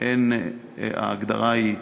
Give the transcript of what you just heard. מאחר שההגדרה היא פתוחה,